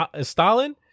Stalin